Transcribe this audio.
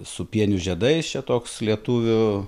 su pienių žiedais čia toks lietuvių